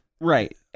Right